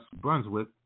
Brunswick